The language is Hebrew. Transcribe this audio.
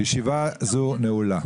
ישיבה זו נעולה.